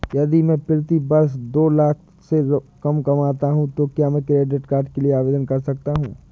यदि मैं प्रति वर्ष दो लाख से कम कमाता हूँ तो क्या मैं क्रेडिट कार्ड के लिए आवेदन कर सकता हूँ?